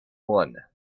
one